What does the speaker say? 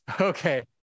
Okay